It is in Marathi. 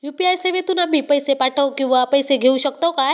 यू.पी.आय सेवेतून आम्ही पैसे पाठव किंवा पैसे घेऊ शकतू काय?